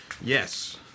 Yes